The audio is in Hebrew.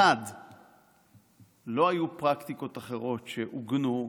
1. לא היו פרקטיקות אחרות שעוגנו.